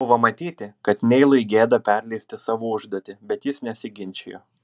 buvo matyti kad neilui gėda perleisti savo užduotį bet jis nesiginčijo